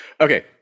Okay